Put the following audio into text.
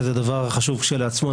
שזה דבר חשוב כשלעצמו.